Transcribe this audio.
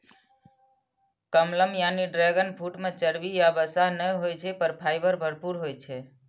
कमलम यानी dragon fruit मे चर्बी या वसा नै होइ छै, पर फाइबर भरपूर होइ छै